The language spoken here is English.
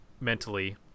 mentally